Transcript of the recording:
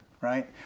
right